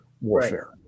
warfare